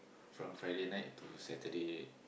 from Friday night to Saturday